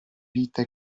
vita